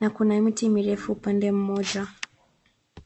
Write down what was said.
na kuna miti mirefu upande mmoja.